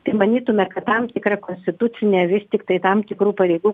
tai manytume kad tam tikra konstitucine vis tiktai tam tikrų pareigų